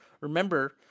remember